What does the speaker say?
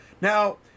Now